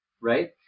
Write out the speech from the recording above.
right